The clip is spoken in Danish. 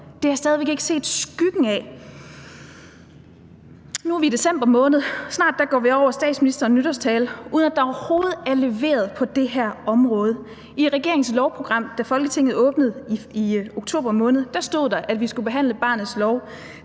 Det har jeg stadig væk ikke set skyggen af. Nu er vi i december måned. Snart kommer vi til statsministerens nytårstale, uden at der overhovedet er leveret på det her område. I regeringens lovprogram, der kom, da Folketinget åbnede i oktober måned, stod der, at vi skulle behandle barnets lov